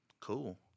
cool